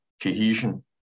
cohesion